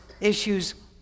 issues